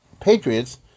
patriots